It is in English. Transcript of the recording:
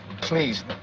please